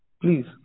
Please